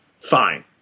fine